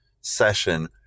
session